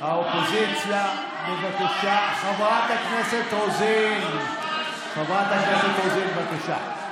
חברת הכנסת רוזין, בבקשה.